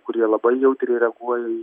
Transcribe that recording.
kurie labai jautriai reaguoja į